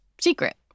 secret